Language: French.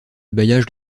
bailliage